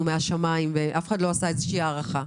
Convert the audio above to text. מהשמיים ואף אחד לא עשה איזושהי הערכה.